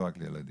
רק ילדים.